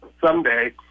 someday